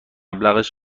مبلغش